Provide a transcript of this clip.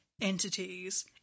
entities